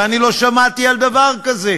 ואני לא שמעתי על דבר כזה.